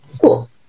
cool